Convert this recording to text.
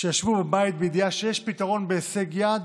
שישבו בבית בידיעה שיש פתרון בהישג יד,